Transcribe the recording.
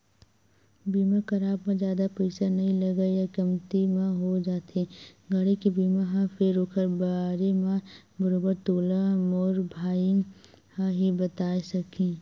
बीमा कराब म जादा पइसा नइ लगय या कमती म हो जाथे गाड़ी के बीमा ह फेर ओखर बारे म बरोबर तोला मोर भाई ह ही बताय सकही